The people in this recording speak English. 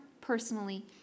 personally